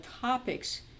topics